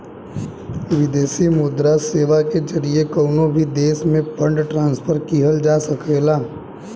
विदेशी मुद्रा सेवा के जरिए कउनो भी देश में फंड ट्रांसफर किहल जा सकला